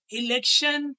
election